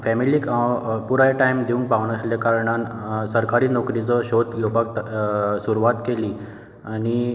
family हांव पुराय time दिवंक पावनाशिल्ल्या कारणान सरकारी नोकरेचो शोद घेवपाक सुरवात केली आनी